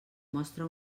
mostra